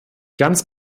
ganz